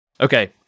Okay